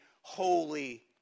holy